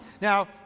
Now